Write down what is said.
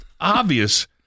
obvious